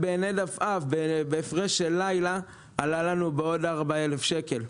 תוך לילה הוא עלה בעוד 4,000 שקלים.